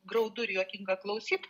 graudu ir juokinga klausyt